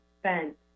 spent